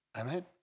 Amen